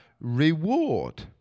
reward